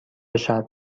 شرط